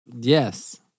Yes